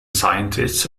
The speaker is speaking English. scientists